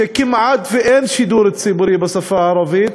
שכמעט שאין שידור ציבורי בשפה הערבית,